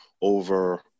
over